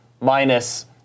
minus